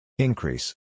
Increase